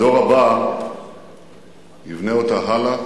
הדור הבא יבנה אותה הלאה.